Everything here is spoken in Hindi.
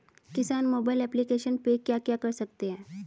किसान मोबाइल एप्लिकेशन पे क्या क्या कर सकते हैं?